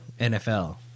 NFL